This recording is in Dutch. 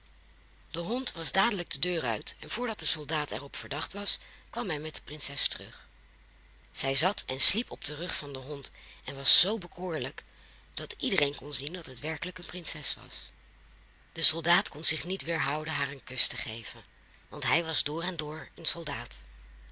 de hond was dadelijk de deur uit en voordat de soldaat er op verdacht was kwam hij met de prinses terug zij zat en sliep op den rug van den hond en was zoo bekoorlijk dat iedereen kon zien dat het werkelijk een prinses was de soldaat kon zich niet weerhouden haar een kus te geven want hij was door en door een soldaat